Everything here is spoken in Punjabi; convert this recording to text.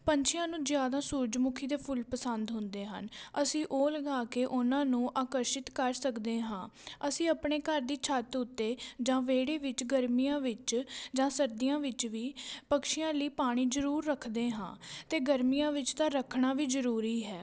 ਪੰਛੀਆਂ ਨੂੰ ਜ਼ਿਆਦਾ ਸੂਰਜਮੁਖੀ ਦੇ ਫੁੱਲ ਪਸੰਦ ਹੁੰਦੇ ਹਨ ਅਸੀਂ ਉਹ ਲਗਾ ਕੇ ਉਹਨਾਂ ਨੂੰ ਆਕਰਸ਼ਿਤ ਕਰ ਸਕਦੇ ਹਾਂ ਅਸੀਂ ਆਪਣੇ ਘਰ ਦੀ ਛੱਤ ਉੱਤੇ ਜਾਂ ਵਿਹੜੇ ਵਿੱਚ ਗਰਮੀਆਂ ਵਿੱਚ ਜਾਂ ਸਰਦੀਆਂ ਵਿੱਚ ਵੀ ਪਕਸ਼ੀਆਂ ਲਈ ਪਾਣੀ ਜ਼ਰੂਰ ਰੱਖਦੇ ਹਾਂ ਅਤੇ ਗਰਮੀਆਂ ਵਿੱਚ ਤਾਂ ਰੱਖਣਾ ਵੀ ਜ਼ਰੂਰੀ ਹੈ